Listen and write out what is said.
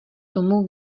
tomu